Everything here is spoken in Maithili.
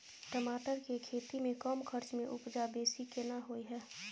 टमाटर के खेती में कम खर्च में उपजा बेसी केना होय है?